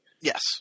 Yes